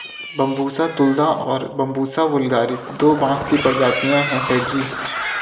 Bambusa tulda और Bambusa vulgaris दो बांस की प्रजातियां हैं सर जी